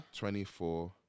24